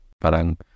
parang